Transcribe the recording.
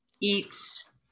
eats